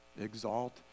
Exalt